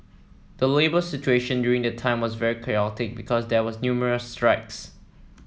the labour situation during the time was very chaotic because there were numerous strikes